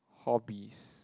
hobbies